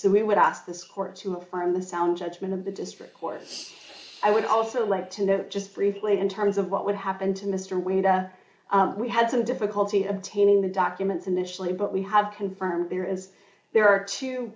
so we would ask this court to affirm the sound judgment of the district court i would also like to know just briefly in terms of what would happen to mr weta we had some difficulty obtaining the documents in the chalet but we have confirmed there is there are two